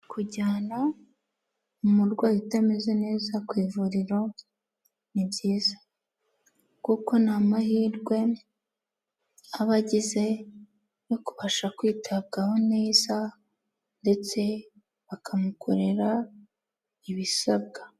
Kujyana umurwayi utameze neza ku ivuriro ni byiza, kuko ni amahirwe aba agize yo kubasha kwitabwaho neza ndetse bakamukorera ibisabwa.